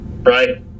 right